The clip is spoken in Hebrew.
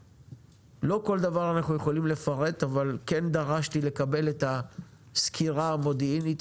לא כל דבר אנחנו יכולים לפרט אבל כן דרשתי לקבל את הסקירה המודיעינית